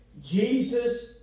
Jesus